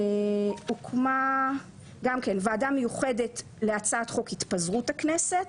הוקמה גם כן ועדה מיוחדת להצעת חוק התפזרות הכנסת,